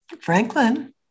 Franklin